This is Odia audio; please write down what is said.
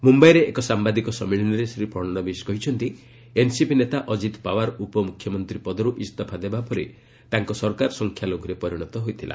ମୁମ୍ଭାଇରେ ଏକ ସାମ୍ବାଦିକ ସମ୍ମିଳନୀରେ ଶ୍ରୀ ଫଡ଼ଣବିସ୍ କହିଛନ୍ତି ଏନ୍ସିପି ନେତା ଅଜିତ ପାୱାର ଉପମୁଖ୍ୟମନ୍ତ୍ରୀପଦରୁ ଇସ୍ତଫା ଦେବା ପରେ ତାଙ୍କ ସରକାର ସଂଖ୍ୟାଲଘୁରେ ପରିଣତ ହୋଇଥିଲା